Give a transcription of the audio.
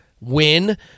win